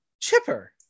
chipper